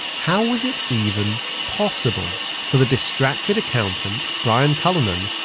how was it even possible for the distracted accountant, brian cullinan,